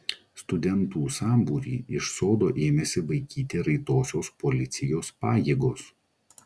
studentų sambūrį iš sodo ėmėsi vaikyti raitosios policijos pajėgos